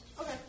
Okay